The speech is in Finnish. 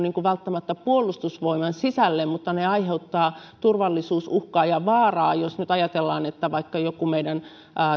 välttämättä puolustusvoimain sisälle mutta aiheuttavat turvallisuusuhkaa ja vaaraa jos nyt ajatellaan että vaikka meidän